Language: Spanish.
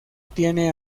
tiene